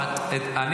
אז נאחד את כולם.